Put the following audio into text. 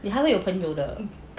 你还会有朋友的